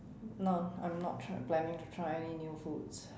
no I'm not try planning to try any new food